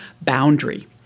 boundary